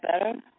better